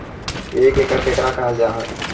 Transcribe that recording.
एक एकड़ केकरा कहल जा हइ?